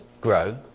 grow